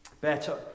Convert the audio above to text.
better